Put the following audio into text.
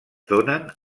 donen